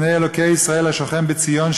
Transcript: בפני אלוקי ישראל השוכן בציון,